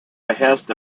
behest